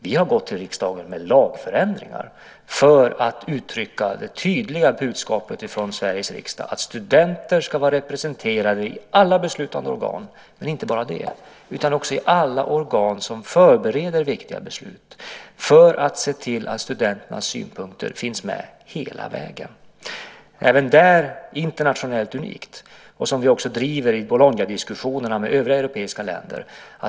Vi har gått till riksdagen med lagförändringar för att uttrycka det tydliga budskapet från Sveriges riksdag, att studenter ska vara representerade i alla beslutande organ, men inte bara det, utan också i alla organ som förbereder viktiga beslut för att se till att studenternas synpunkter finns med hela vägen. Även det är internationellt unikt och något som vi driver i våra diskussioner med övriga europeiska länder.